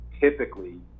typically